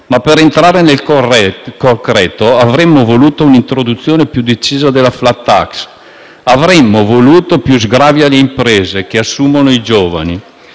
Per entrare nel concreto, avremmo voluto un'introduzione più decisa della *flat tax*; avremmo voluto più sgravi alle imprese che assumono i giovani,